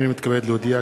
הנני מתכבד להודיע,